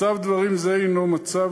מצב דברים זה הוא בעייתי,